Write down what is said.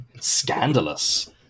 Scandalous